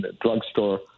drugstore